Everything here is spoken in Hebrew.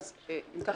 אם כך,